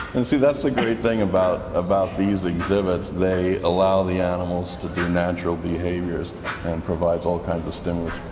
and see that's the great thing about about these exhibits, they allow the animals to do natural behaviours and provide all kinds of stimulus.